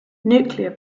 nuclear